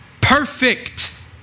Perfect